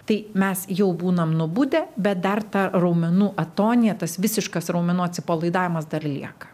tai mes jau būnam nubudę bet dar ta raumenų atonija tas visiškas raumenų atsipalaidavimas dar lieka